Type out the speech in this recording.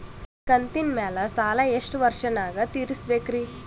ಕಂತಿನ ಮ್ಯಾಲ ಸಾಲಾ ಎಷ್ಟ ವರ್ಷ ನ್ಯಾಗ ತೀರಸ ಬೇಕ್ರಿ?